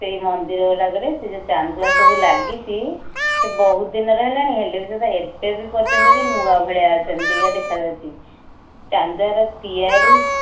ସେହି ମନ୍ଦିର ଗୁଡ଼ାକରେ ସେ ଯେଉଁ ଚାନ୍ଦୁଆ ସବୁ ଲାଗିଛି ସେ ବହୁତ ଦିନର ହେଲାଣି ହେଲେ ବି ସୁଦ୍ଧା ଏବେ ବି ପର୍ଯ୍ୟନ୍ତ ବି ନୂଆ ଭଳିଆ ସେମିତିକା ଦେଖା ଯାଉଛି ଚାନ୍ଦୁଆର ତିଆରି